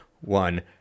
one